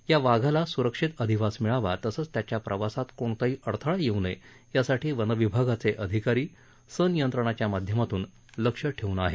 या वाघाला सुरक्षित अधिवास मिळावा तसंच त्याच्या प्रवासात कोणताही अडथळा येऊ नये यासाठी वनविभागाचे अधिकारी संनियंत्रणाच्या माध्यमातून लक्ष ठेवून आहेत